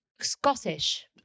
Scottish